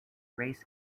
race